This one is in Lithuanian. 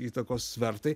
įtakos svertai